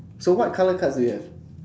so what colour cards do you have